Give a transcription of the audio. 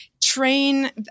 train